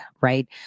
right